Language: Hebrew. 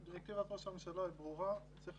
דירקטיבת ראש הממשלה היא ברורה צריך